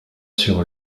sur